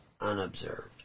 unobserved